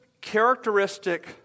characteristic